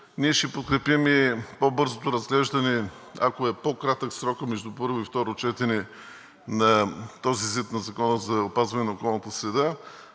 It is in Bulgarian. Ние ще подкрепим и по-бързото разглеждане, ако е по-кратък срокът между първо и второ четене на този ЗИД на Закона за опазване на околната среда,